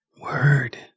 Word